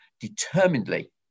determinedly